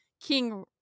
King